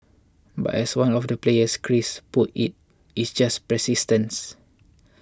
but as one of the players Chris puts it It's just persistence